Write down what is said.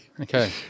Okay